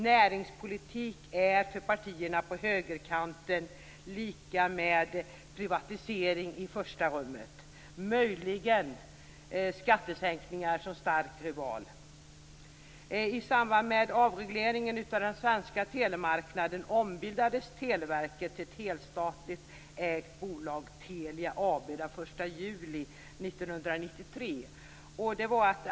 Näringspolitik är för partierna på högerkanten lika med privatisering i första rummet, möjligen med skattesänkningar som stark rival. I samband med avregleringen av den svenska telemarknaden ombildades Televerket till ett helstatligt ägt bolag - Telia AB - den 1 juli 1993.